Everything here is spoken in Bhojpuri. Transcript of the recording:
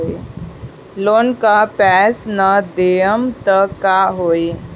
लोन का पैस न देहम त का होई?